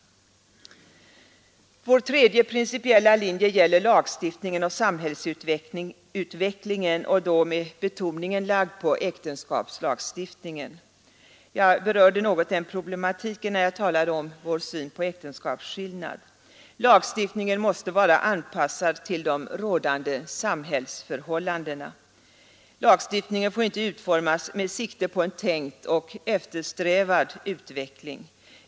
Vår tredje principiella linje gäller lagstiftningen och samhällsutvecklingen och då med betoningen lagd på äktenskapslagstiftningen. Jag berörde något den problematiken när jag talade om vår syn på äktenskapsskillnad. Lagstiftningen måste vara anpassad till de rådande samhällsförhållandena. Lagstiftningen får inte utformas med sikte på en tänkt och eftersträvad utveckling.